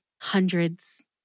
hundreds